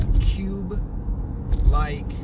cube-like